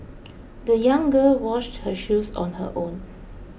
the young girl washed her shoes on her own